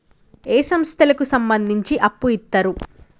ఏ సంస్థలకు సంబంధించి అప్పు ఇత్తరు?